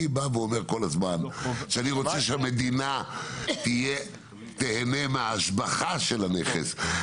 אני בא ואומר כל הזמן שאני רוצה שהמדינה תהנה מההשבחה של הנכס.